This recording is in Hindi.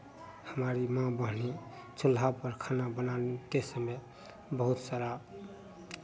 हमारी माँ बहनें चूल्हा पर खाना बनाते समय बहुत सारा